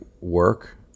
work